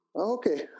Okay